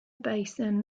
basin